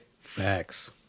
Facts